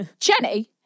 Jenny